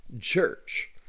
church